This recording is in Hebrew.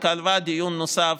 והיא קבעה דיון נוסף